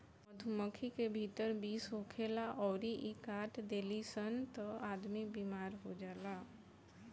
मधुमक्खी के भीतर विष होखेला अउरी इ काट देली सन त आदमी बेमार हो जाला